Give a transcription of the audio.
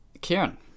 Kieran